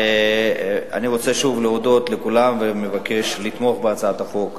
אני רוצה שוב להודות לכולם ומבקש לתמוך בהצעת החוק.